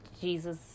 Jesus